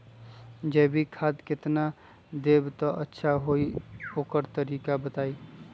जैविक खाद केतना देब त अच्छा होइ ओकर तरीका बताई?